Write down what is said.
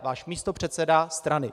Váš místopředseda strany.